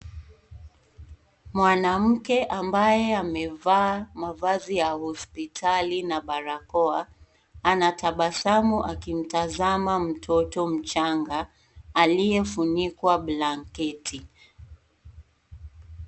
Mwanamke ambaye amevaa mavazi ya hospitali na barakoa, anatabasamu akimtazama mtoto mchanga aliyefunikwa blanketi.